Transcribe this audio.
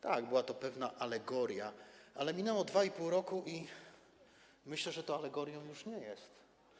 Tak, była to pewna alegoria, ale minęło 2,5 roku i myślę, że to alegorią już nie jest.